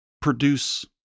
produce